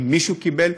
אם מישהו קיבל.